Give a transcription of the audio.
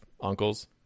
uncles